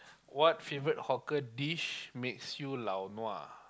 what favourite hawker dish makes you lao nua